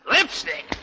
Lipstick